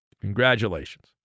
congratulations